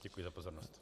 Děkuji za pozornost.